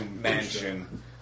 mansion